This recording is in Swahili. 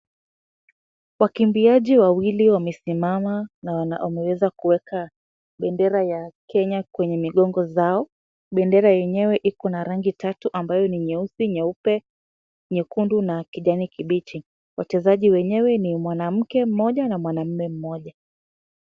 Wakiambiaji wawili wamesimama na wameweza kuweka bendera ya Kenyakwenye migongo zao. Wachezaji wenyewe ni mwanamke mmoja na mwanaume mmoja.